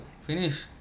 finish